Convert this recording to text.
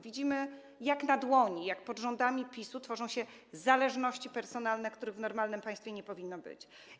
Widzimy jak na dłoni, że pod rządami PiS-u tworzą się zależności personalne, których w normalnym państwie nie powinno być.